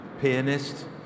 pianist